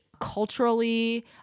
culturally